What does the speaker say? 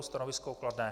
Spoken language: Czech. Stanovisko kladné.